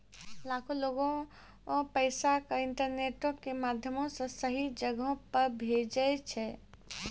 लाखो लोगें पैसा के इंटरनेटो के माध्यमो से सही जगहो पे भेजै छै